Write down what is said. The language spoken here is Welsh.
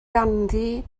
ganddi